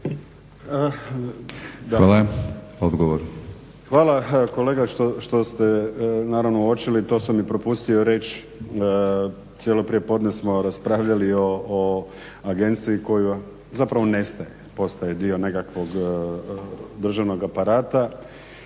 Đuro (HDZ)** Hvala kolega što ste naravno uočili, to sam i propustio reći, cijelo prijepodne smo raspravljali o agenciji koja zapravo nestaje, postaje dio nekakvog državnog aparata,